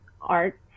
art